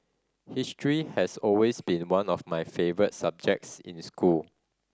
history has always been one of my favourite subjects in school